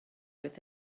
with